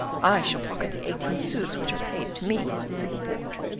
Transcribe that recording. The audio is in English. i shall pocket the eighteen sous which are paid to me for your board.